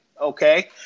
okay